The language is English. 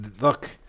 look